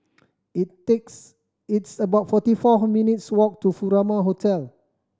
it takes it's about forty four minutes' walk to Furama Hotel